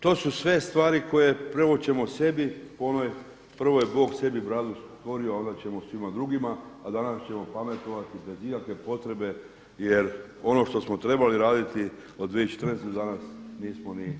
To su sve stvari koje prvo ćemo sebi, po onoj prvoj bog sebi bradu stvorio, a onda ćemo svima drugima, a danas ćemo pametovati bez ikakve potrebe jer ono što smo trebali raditi o 2014. do danas nismo ni taknuli.